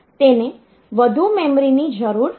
તેને વધુ મેમરીની જરૂર નથી